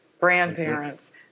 grandparents